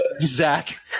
Zach